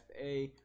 FA